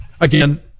Again